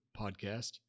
podcast